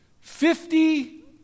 Fifty